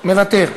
מוותר.